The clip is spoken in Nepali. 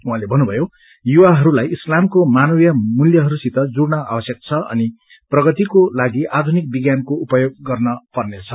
उहाँले भन्नुभएको छ युवाहरूलाई इस्लामको मानवीय मूल्यहरूसित जुइन आवश्यक छ अनि प्रगतिको लागि आधुनिक विज्ञानको उपयोग गर्न पर्नेछ